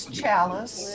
chalice